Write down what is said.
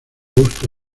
busto